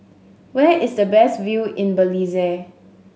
where is the best view in Belize